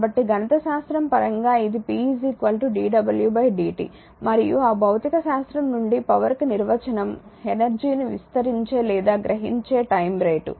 కాబట్టి గణిత శాస్త్రం పరంగా ఇది p dw dt మరియు ఆ భౌతిక శాస్త్రం నుండి పవర్ కి నిర్వచనం ఎనర్జీని విస్తరించే లేదా గ్రహించే టైమ్ రేటు